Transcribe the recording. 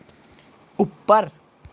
उप्पर